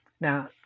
now